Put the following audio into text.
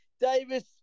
Davis